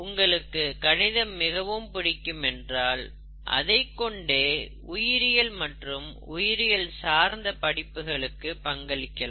உங்களுக்கு கணிதம் மிகவும் பிடிக்கும் என்றால் அதைக்கொண்டே உயிரியல் மற்றும் உயிரியல் சார்ந்த படிப்புகளுக்கு பங்களிக்கலாம்